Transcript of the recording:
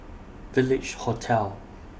Village Hotel